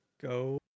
Go